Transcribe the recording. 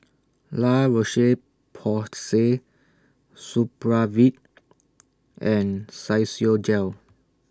La Roche Porsay Supravit and Physiogel